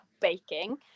baking